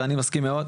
ואני מסכים מאוד,